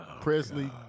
Presley